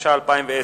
התש"ע 2010,